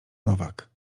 nowak